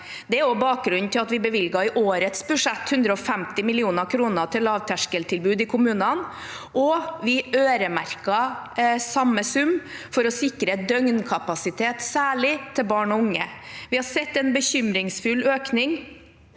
Det er også bakgrunnen for at vi i årets budsjett bevilget 150 mill. kr til lavterskeltilbud i kommunene, og vi øremerket samme sum for å sikre døgnkapasitet, særlig til barn og unge. Vi har sett en bekymringsfull økning